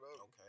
okay